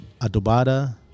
adobada